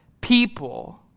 people